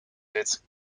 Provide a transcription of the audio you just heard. zit